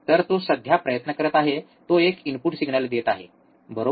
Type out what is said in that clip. तर तो सध्या प्रयत्न करत आहे तो एक इनपुट सिग्नल देत आहे बरोबर